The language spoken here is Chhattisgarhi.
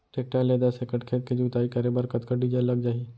टेकटर ले दस एकड़ खेत के जुताई करे बर कतका डीजल लग जाही?